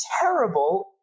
terrible